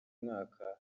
mwaka